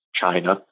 China